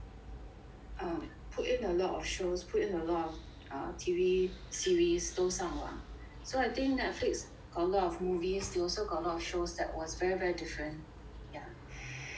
um put in a lot of shows put in a lot of err T_V series 都上网 so I think Netflix got a lot of movies they also got a lot of shows that was very very different yeah